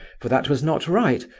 for that was not right,